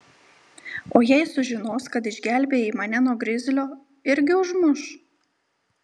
o jei sužinos kad išgelbėjai mane nuo grizlio irgi užmuš